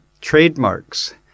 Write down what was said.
trademarks